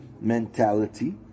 mentality